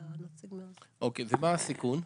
אוקיי ומה הסיכון?